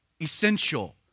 essential